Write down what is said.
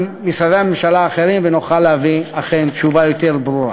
משרדי הממשלה האחרים ונוכל להביא תשובה יותר ברורה.